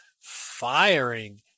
Firing